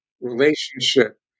relationship